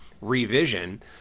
revision